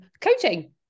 coaching